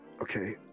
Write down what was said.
Okay